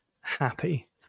happy